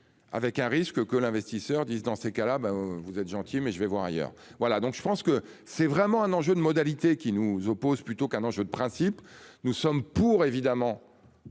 Avec un risque que l'investisseur disent, dans ces cas-là ben vous êtes gentil mais je vais voir ailleurs. Voilà donc je pense que c'est vraiment un enjeu de modalités qui nous oppose plutôt qu'un enjeu de principe, nous sommes pour évidemment.